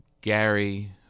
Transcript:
Gary